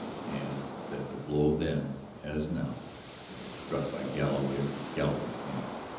and that the blow then as now had been struck by galloway or galloway's man.